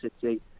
City